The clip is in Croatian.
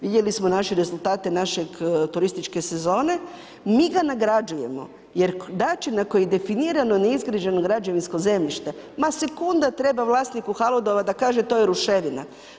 Vidjeli smo naše rezultate, naše turističke sezone mi ga nagrađujemo jer način na koji definirano neizgrađeno građevinsko zemljište, ma sekunda treba vlasniku Haludova da kaže to je ruševina.